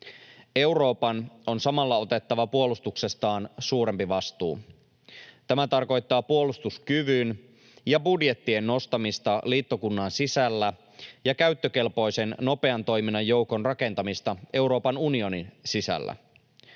Euroopan on samalla otettava puolustuksestaan suurempi vastuu. Tämä tarkoittaa puolustuskyvyn ja budjettien nostamista liittokunnan sisällä ja käyttökelpoisen nopean toiminnan joukon rakentamista Euroopan unionin sisällä.